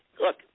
Look